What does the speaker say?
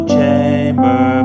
Chamber